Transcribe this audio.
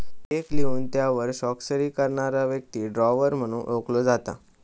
check लिहून त्यावर स्वाक्षरी करणारा व्यक्ती ड्रॉवर म्हणून ओळखलो जाता